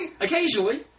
Occasionally